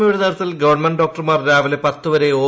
O യുടെ നേതൃത്വത്തിൽ government ഡോക്ടർമാർ രാവിലെ പത്തുവരെ ഒ